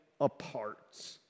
apart